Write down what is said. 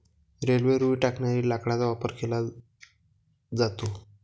railway रुळ टाकण्यासाठी लाकडाचा वापर केला जातो